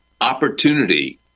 opportunity